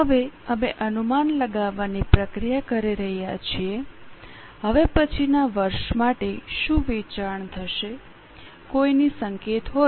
હવે હવે આપણે પછીના વર્ષ માટે શું વેચાણ થશે એનું અનુમાન લગાવવાની પ્રક્રિયા કરી રહ્યા છીએ